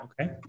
Okay